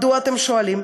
מדוע, אתם שואלים?